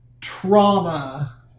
trauma